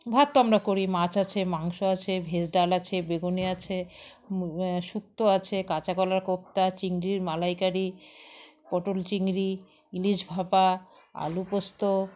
ভাত তো আমরা করি মাছ আছে মাংস আছে ভেজ ডাল আছে বেগুন আছে সুক্তো আছে কাঁচাাকলার কোফ্তা চিংড়ির মালাইকারি পটল চিংড়ি ইলিশ ভাপা আলু পোস্ত